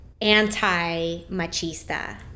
anti-machista